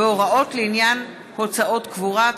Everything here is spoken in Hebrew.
תחבורה ציבורית ביום המנוחה השבועי,